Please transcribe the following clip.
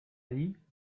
ahí